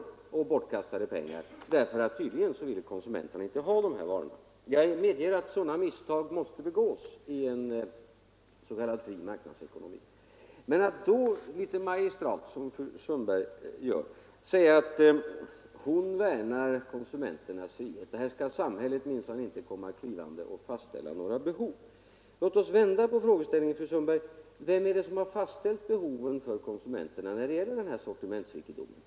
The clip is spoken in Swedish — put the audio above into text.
Det har emellertid varit bortkastade pengar, för tydligen ville konsumenterna inte ha dessa varor. Jag medger att sådana misstag måste begås i en s.k. marknadsekonomi. Men då säger fru Sundberg litet magistralt att hon värnar konsumenternas frihet — här skall samhället minsann inte komma klivande och fastställa några behov. Låt oss vända på frågeställningen, fru Sundberg! Vem är det som har fastställt behoven för konsumenterna när det gäller den här sortimentsrikedomen?